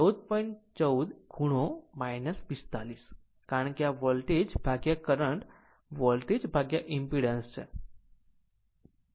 14 ખૂણો 45 કારણ કે વોલ્ટેજ કરંટ વોલ્ટેજ ઈમ્પીડન્સ છે